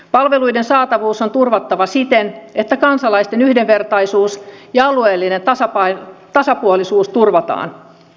palveluiden saatavuus on turvattava siten että kansalaisten yhdenvertaisuus ja alueellinen tasapuolisuus turvataan